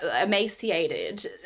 emaciated